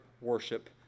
worship